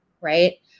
right